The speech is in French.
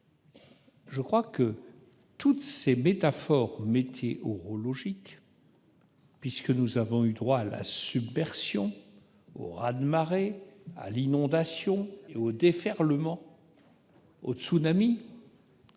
sémantique et les métaphores météorologiques convoquées : nous avons eu droit à la submersion, au raz de marée, à l'inondation, au déferlement, au tsunami